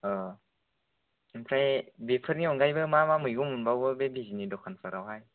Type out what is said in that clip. अ ओमफ्राय बेफोरनि अनगायैबो मा मा मैगं मोनबावो बे बिजनि दखानफोरावहाय